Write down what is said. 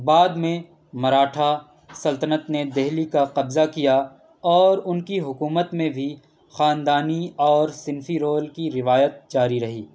بعد میں مراٹھا سلطنت نے دہلی کا قبضہ کیا اور ان کی حکومت میں بھی خاندانی اور صنفی رول کی روایت جاری رہی